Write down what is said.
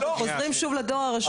אתם שוב חוזרים לדואר הרשום.